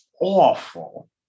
awful